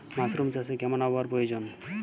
Mushroom চাষে কেমন আবহাওয়ার প্রয়োজন?